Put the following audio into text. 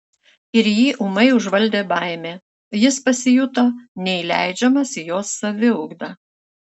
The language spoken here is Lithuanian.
ir jį ūmai užvaldė baimė jis pasijuto neįleidžiamas į jos saviugdą